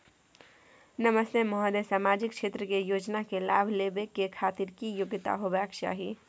नमस्ते महोदय, सामाजिक क्षेत्र के योजना के लाभ लेबै के खातिर की योग्यता होबाक चाही?